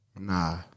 Nah